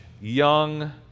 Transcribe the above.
young